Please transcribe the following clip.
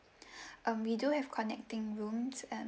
um we do have connecting rooms um